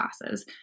classes